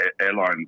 airlines